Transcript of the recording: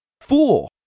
fool